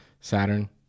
Saturn